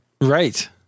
Right